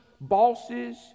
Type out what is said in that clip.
bosses